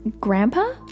grandpa